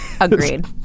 agreed